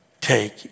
Take